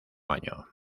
año